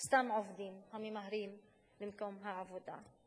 וסתם עובדים הממהרים למקום העבודה.